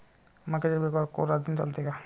मक्याच्या पिकावर कोराजेन चालन का?